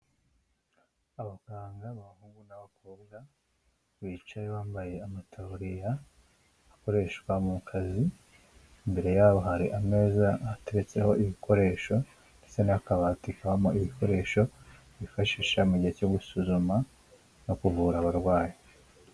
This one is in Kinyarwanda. Abaganga b’abahungu n'abakobwa bicaye bambaye amataburiya akoreshwa mu kazi , imbere yabo hari ameza ateretseho ibikoresho ndetse n'akabati kabamo ibikoresho bifashisha mu gihe cyo gusuzuma no kuvura abarwayi.